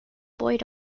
buoyed